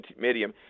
medium